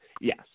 yes